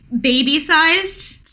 baby-sized